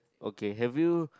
okay have you